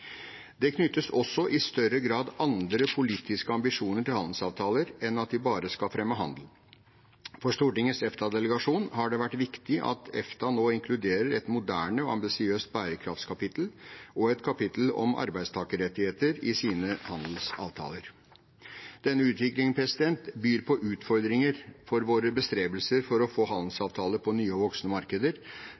Det knyttes også i større grad andre politiske ambisjoner til handelsavtalene enn at de bare skal fremme handel. For Stortingets EFTA-delegasjon har det vært viktig at EFTA nå inkluderer et moderne og ambisiøst bærekraftkapittel og et kapittel om arbeidstakerrettigheter i sine handelsavtaler. Denne utviklingen byr på utfordringer for våre bestrebelser med å få handelsavtaler på nye og voksende markeder.